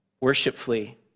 worshipfully